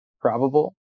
probable